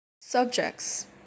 subjects